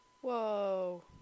Whoa